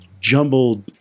jumbled